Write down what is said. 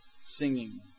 singing